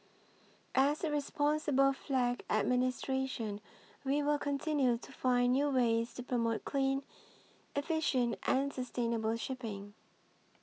as a responsible flag administration we will continue to find new ways to promote clean efficient and sustainable shipping